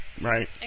right